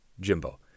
Jimbo